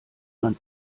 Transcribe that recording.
man